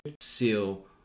seal